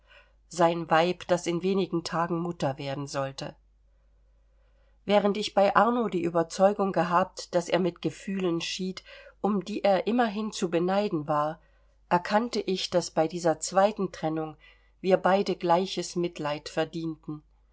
sein weib das in wenigen tagen mutter werden sollte während ich bei arno die überzeugung gehabt daß er mit gefühlen schied um die er immerhin zu beneiden war erkannte ich daß bei dieser zweiten trennung wir beide gleiches mitleid verdienten